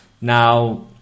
now